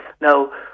now